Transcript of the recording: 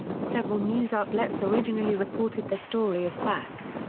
several news outlets originally reported the story as fact.